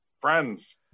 friends